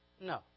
No